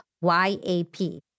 Y-A-P